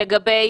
לגבי